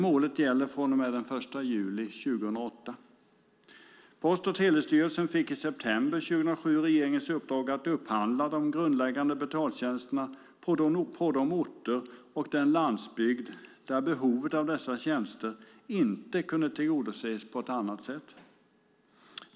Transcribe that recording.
Målet gäller från och med den 1 juli 2008. Post och telestyrelsen fick i september 2007 regeringens uppdrag att upphandla de grundläggande betaltjänsterna på de orter och den landsbygd där behovet av dessa tjänster inte kunde tillgodoses på annat sätt.